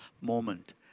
moment